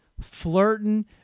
flirting